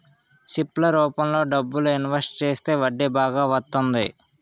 SIP ల రూపంలో డబ్బులు ఇన్వెస్ట్ చేస్తే వడ్డీ బాగా వత్తంది